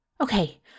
Okay